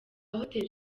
hotel